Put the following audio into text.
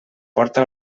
porta